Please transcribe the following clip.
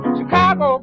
Chicago